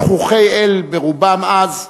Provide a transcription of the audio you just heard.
שכוחי-אל ברובם אז,